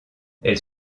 elles